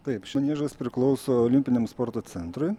taip šis maniežas priklauso olimpiniam sporto centrui